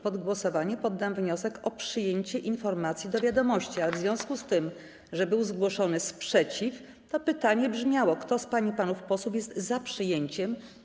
Pod głosowanie poddałam wniosek o przyjęcie informacji do wiadomości, a w związku z tym, że był zgłoszony sprzeciw, to pytanie brzmiało: Kto z pań i panów posłów jest za przyjęciem... Informacji.